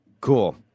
Cool